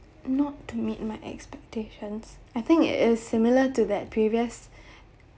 not to meet my expectations I think it is similar to that previous